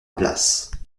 place